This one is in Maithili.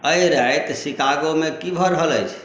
एहि राति शिकागो मे की भऽ रहल अछि